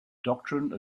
doctrine